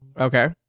Okay